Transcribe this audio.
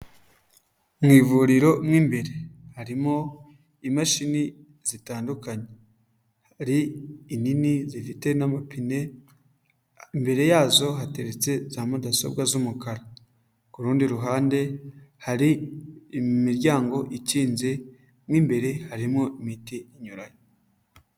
Mu ivuriro mu imbere harimo imashini zitandukanye, hari inini zifite n'amapine, imbere yazo hateretse za mudasobwa z'umukara, ku rundi ruhande hari imiryango ikinze, mu imbere harimo imiti inyuranye.